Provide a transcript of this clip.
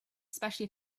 especially